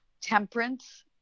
Temperance